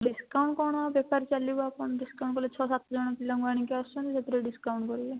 discount କ'ଣ ବେପାର ଚାଲିବ ଆପଣ ଡିସ୍କାଉଣ୍ଟ୍ କଲେ ଛଅ ସାତ ଜଣ ପିଲାଙ୍କୁ ଆଣିକି ଆସୁଛନ୍ତି ସେଥିରେ ଡିସ୍କାଉଣ୍ଟ୍ କରିବେ